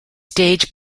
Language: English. stage